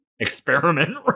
experiment